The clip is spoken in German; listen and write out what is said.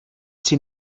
sie